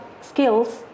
Skills